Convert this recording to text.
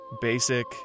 Basic